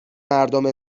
مردم